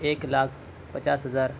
ایک لاکھ پچاس ہزار